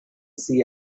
see